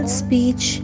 speech